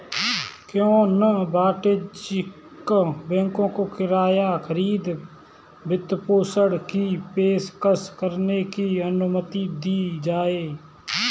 क्यों न वाणिज्यिक बैंकों को किराया खरीद वित्तपोषण की पेशकश करने की अनुमति दी जाए